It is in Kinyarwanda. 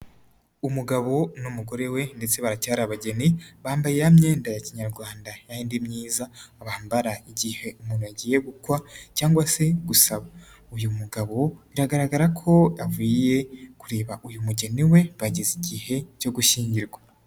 Umugabo n'umugore we ndetse bacyari abageni, bambaye ya myenda ya kinyarwanda, yayindi myiza bambara igihe umuntu agiye gukwa cyangwa se gusaba, uyu mugabo biragaragara ko avuye kureba uyu mugeni we bageze igihe cyo gushyingirwa.